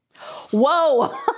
whoa